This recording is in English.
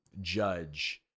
judge